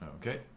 Okay